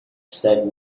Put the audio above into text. said